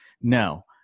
no